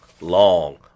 long